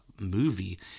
movie